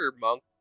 Monk